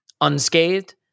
unscathed